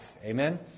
Amen